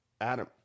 Adam